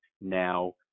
now